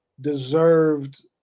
deserved